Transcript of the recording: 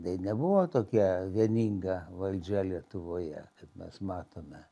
tai nebuvo tokia vieninga valdžia lietuvoje mes matome